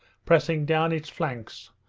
pressing down its flanks,